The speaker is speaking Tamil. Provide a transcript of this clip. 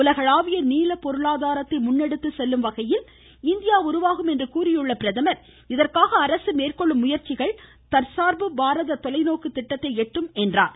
உலகளாவிய நீல பொருளாதாரத்தை முன்னெடுத்துச் செல்லும் வகையில் இந்தியா உருவாகும் என்று கூறிய அவர் இதற்காக அரசு மேற்கொள்ளும் முயற்சிகள் தற்சார்பு பாரத தொலைநோக்கு திட்டத்தை எட்டும் என்று குறிப்பிட்டார்